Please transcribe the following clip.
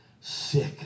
sick